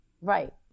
Right